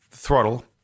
throttle